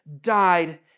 died